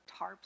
tarps